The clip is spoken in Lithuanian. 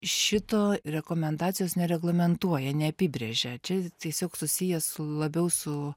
šito rekomendacijos nereglamentuoja neapibrėžia čia tiesiog susiję su labiau su